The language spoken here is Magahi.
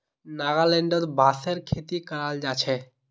नागालैंडत बांसेर खेती कराल जा छे